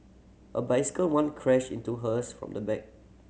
a bicycle once crashed into hers from the back